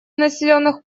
населенных